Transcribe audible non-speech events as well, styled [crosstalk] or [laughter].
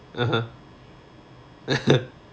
(uh huh) [laughs]